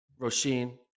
Roshin